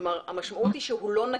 כלומר, המשמעות היא שהוא לא נקי.